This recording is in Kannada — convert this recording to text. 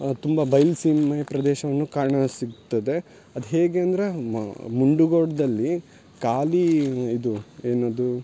ತುಂಬಾ ಬಯ್ಲು ಸೀಮೆ ಪ್ರದೇಶವನ್ನು ಕಾಣಸಿಗ್ತದೆ ಅದು ಹೇಗೆ ಅಂದರೆ ಮುಂಡುಗೋಡದಲ್ಲಿ ಖಾಲಿ ಇದು ಏನದು